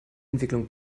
entwicklung